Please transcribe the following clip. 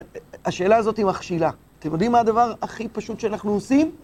השאלה הזאת היא מכשילה. אתם יודעים מה הדבר הכי פשוט שאנחנו עושים?